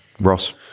Ross